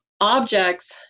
objects